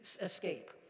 escape